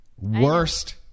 worst